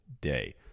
day